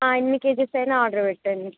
ఎన్ని కేజీస్ అయినా ఆర్డర్ పెట్టండి